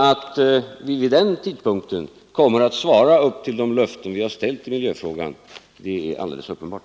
Att vi vid den tidpunkten kommer att svara upp till de löften vi givit i miljöfrågan är alldeles uppenbart.